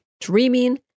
dreaming